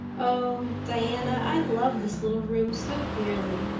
oh, diana, i love this little room so dearly.